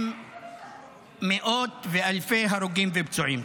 עם מאות ואלפי הרוגים ופצועים.